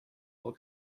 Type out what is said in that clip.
will